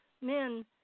men